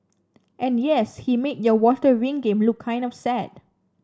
and yes he made your water ring game look kind of sad